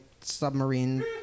submarine